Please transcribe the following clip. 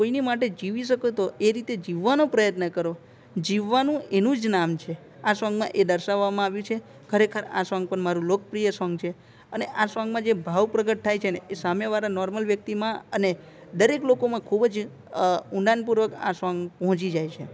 કોઈની માટે જીવી શકો તો એ રીતે જીવવાનો પ્રયત્ન કરો જીવવાનું એનું જ નામ છે આ સોંગમાં એ દર્શાવામાં આવ્યું છે ખરેખર આ સોંગ પણ મારું લોકપ્રિય સોંગ છે અને આ સોંગમાં જે ભાવ પ્રગટ થાય છે એ સામેવાળા નોર્મલ વ્યક્તિમાં અને દરેક લોકોમાં ખૂબ જ ઊંડાણપૂર્વક આ સોંગ પહોંચી જાય છે